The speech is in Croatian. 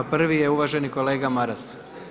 Prvi je uvaženi kolega Maras.